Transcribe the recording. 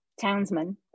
townsmen